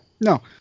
No